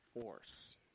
force